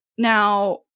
Now